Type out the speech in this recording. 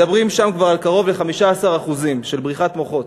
מדברים שם כבר על קרוב ל-15% של בריחת מוחות.